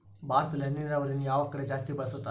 ಭಾರತದಲ್ಲಿ ಹನಿ ನೇರಾವರಿಯನ್ನು ಯಾವ ಕಡೆ ಜಾಸ್ತಿ ಬಳಸುತ್ತಾರೆ?